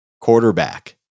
quarterback